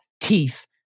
teeth